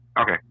okay